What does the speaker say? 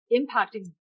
impacting